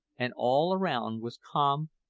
and all around was calm,